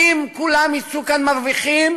אם כולם יצאו כאן מרוויחים